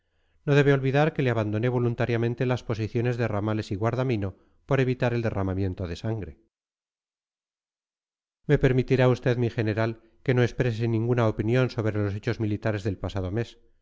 no debe olvidar que le abandoné voluntariamente las posiciones de ramales y guardamino por evitar el derramamiento de sangre me permitirá usted mi general que no exprese ninguna opinión sobre los hechos militares del pasado mes